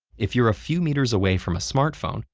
if you're a few meters away from a smartphone,